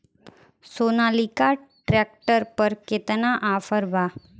Sonalika tractor पर केतना offer बा?